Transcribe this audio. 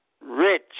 rich